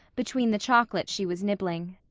between the chocolate she was nibbling.